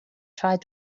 tried